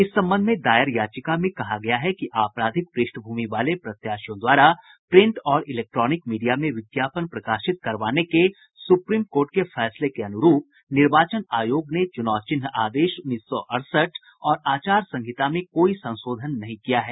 इस संबंध में याचिका में कहा गया है कि अपराधिक प्रष्ठभूमि वाले प्रत्याशियों द्वारा प्रिंट और इलेक्ट्रोनिक मीडिया में विज्ञापन प्रकाशित करवाने के सुप्रीम कोर्ट के फैसले के अनुरूप निर्वाचन आयोग ने च्रनाव चिन्ह आदेश उन्नीस सौ अड़सठ और आचार संहिता में कोई संशोधन नहीं किया है